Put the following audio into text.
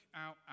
out